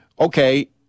okay